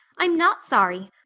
i'm not sorry.